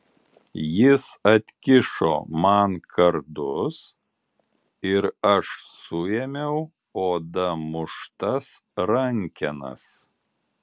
jis atkišo man kardus ir aš suėmiau oda muštas rankenas